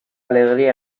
alegría